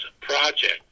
project